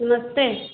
नमस्ते